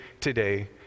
today